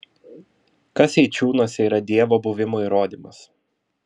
kas eičiūnuose yra dievo buvimo įrodymas